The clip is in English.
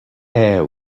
air